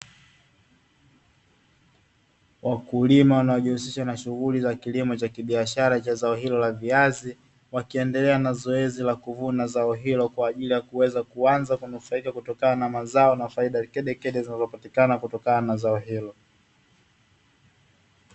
Wakulima wanaojihusisha na shughuli za kilimo cha kibiashara cha zao hilo la viazi, wakiendelea na zoezi la kuvuna zao hilo kwa ajili ya kuweza kuanza kunufaika kutokana na mazao na faida kedekede zinazotokana na faida ya zao hilo.